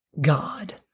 God